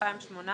התשע"ח-2018